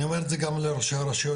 אני אומר את זה גם לראשי רשויות,